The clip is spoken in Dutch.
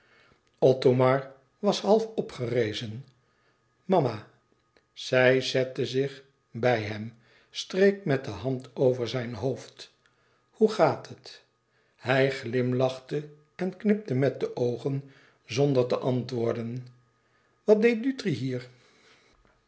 othomar was half opgerezen mama zij zette zich bij hem streek met de hand over zijn hoofd hoe gaat het hij glimlachte en knipte met de oogen zonder te antwoorden wat deed dutri hier